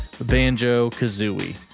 Banjo-Kazooie